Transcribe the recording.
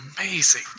amazing